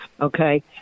Okay